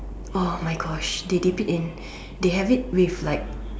oh my Gosh they dip it in they have it with like